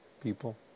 people